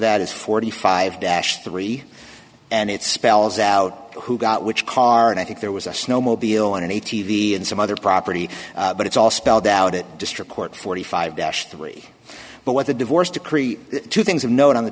that is forty five dash three and it spells out who got which car and i think there was a snowmobile an a t v and some other property but it's all spelled out at district court forty five dash three but what the divorce decree two things of note on the